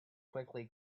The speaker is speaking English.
quickly